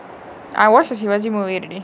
I watch the sivaaji movie already